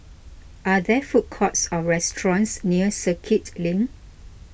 are there food courts or restaurants near Circuit Link